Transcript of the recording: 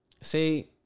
Say